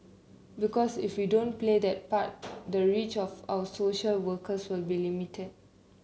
because if we don't play that part the reach of our social workers will be limited